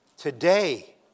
Today